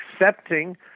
accepting